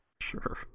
Sure